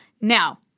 Now